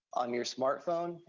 on your smartphone,